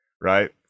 right